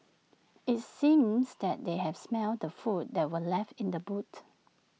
IT seemed that they had smelt the food that were left in the boot